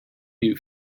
new